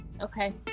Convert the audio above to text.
Okay